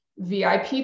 vip